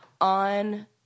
on